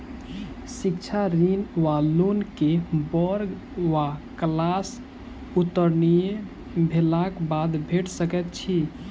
शिक्षा ऋण वा लोन केँ वर्ग वा क्लास उत्तीर्ण भेलाक बाद भेट सकैत छी?